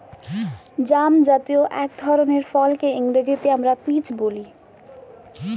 জামজাতীয় এক ধরনের ফলকে ইংরেজিতে আমরা পিচ বলি